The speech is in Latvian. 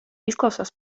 izklausās